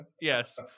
yes